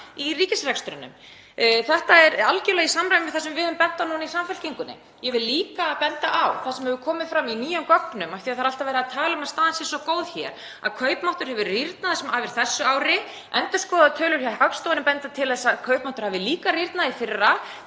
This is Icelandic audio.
í ríkisrekstrinum. Þetta er algjörlega í samræmi við það sem við höfum bent á núna í Samfylkingunni. Ég vil líka benda á það sem hefur komið fram í nýjum gögnum, af því að það er alltaf verið að tala um að staðan sé svo góð hér, að kaupmáttur hefur rýrnað það sem af er þessu ári. Endurskoðaðar tölur hjá Hagstofunni benda til þess að kaupmáttur hafi líka rýrnað í fyrra.